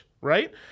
right